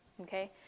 Okay